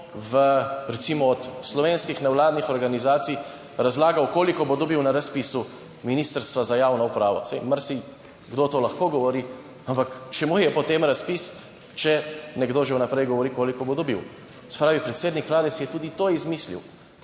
nekdo od slovenskih nevladnih organizacij razlagal, koliko bo dobil na razpisu Ministrstva za javno upravo, saj marsikdo to lahko govori, ampak čemu je potem razpis, če nekdo že vnaprej govori, koliko bo dobil. Se pravi, predsednik Vlade si je tudi to izmislil,